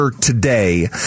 today